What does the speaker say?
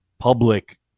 public